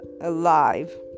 alive